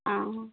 ହଁ